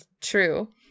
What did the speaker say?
True